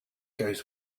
goes